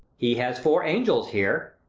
he has four angels here.